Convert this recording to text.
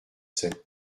sept